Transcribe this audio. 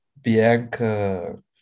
Bianca